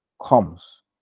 comes